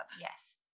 Yes